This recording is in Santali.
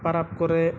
ᱯᱚᱨᱚᱵᱽ ᱠᱚᱨᱮ